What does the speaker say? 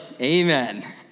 amen